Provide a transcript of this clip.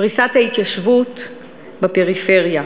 פריסת ההתיישבות בפריפריה,